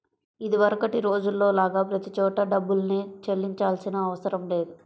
ఇదివరకటి రోజుల్లో లాగా ప్రతి చోటా డబ్బుల్నే చెల్లించాల్సిన అవసరం లేదు